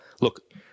look